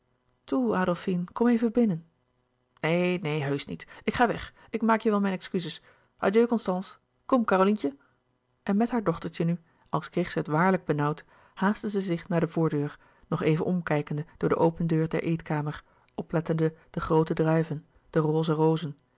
toe adolfine kom even binnen neen neen heusch niet ik ga weg ik maak je wel mijn excuses adieu constance kom carolientje en met haar dochtertje nu als kreeg zij het waarlijk benauwd haastte zij zich naar de voordeur nog even omkijkende door de open deur der eetkamer oplettende de groote druiven de roze rozen